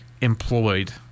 employed